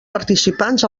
participants